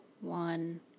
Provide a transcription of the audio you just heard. one